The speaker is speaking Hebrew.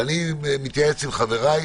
ואני מתייעץ עם חבריי.